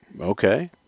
okay